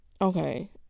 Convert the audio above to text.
Okay